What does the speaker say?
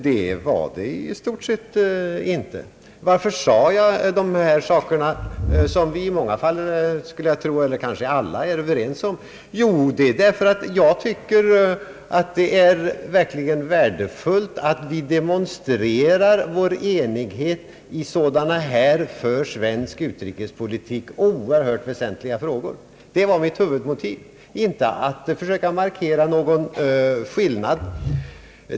Det var det i stort sett inte. Varför sade jag dessa saker, som vi i många fall eller kanske i alla är överens om? Jo, därför att jag tycker att det är värdefullt att vi demonstrerar vår enighet i sådana för svensk utrikespolitik oerhört väsentliga frågor. Det var mitt huvudmotiv. Det var inte att försöka markera någon skillnad.